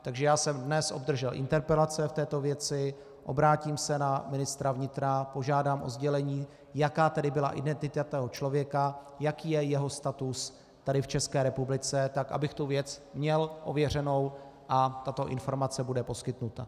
Takže já jsem dnes obdržel interpelace v této věci, obrátím se na ministra vnitra, požádám o sdělení, jaká tedy byla identita toho člověka, jaký je jeho status tady v České republice, tak abych tu věc měl ověřenou, a tato informace bude poskytnuta.